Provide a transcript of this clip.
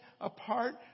apart